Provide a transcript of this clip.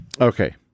Okay